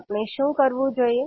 આપણે શું કરવું જોઈએ